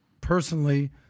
personally